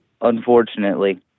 unfortunately